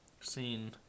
seen